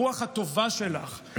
הרוח הטובה שלך,